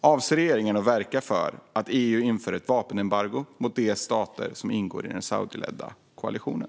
Avser regeringen att verka för att EU inför ett vapenembargo mot de stater som ingår i den saudiskledda koalitionen?